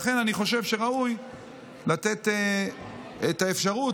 לכן אני חושב שראוי לתת את האפשרות